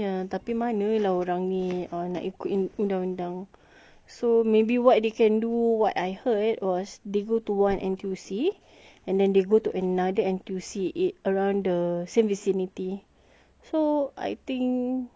ya tapi mana lah orang ni nak ikut undang-undang so maybe what they can what I heard was they go to one N_T_U_C and then they go to another N_T_U_C in around the same vicinity so I think